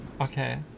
Okay